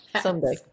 someday